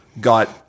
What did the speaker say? got